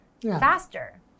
faster